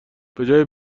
بجای